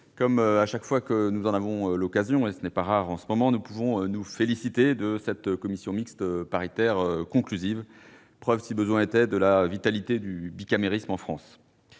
comme chaque fois que nous en avons l'occasion- ce n'est pas rare en ce moment -, nous pouvons nous féliciter que cette commission mixte paritaire ait été conclusive, preuve, si besoin en était, de la vitalité du bicamérisme en France.